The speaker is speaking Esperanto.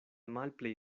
malplej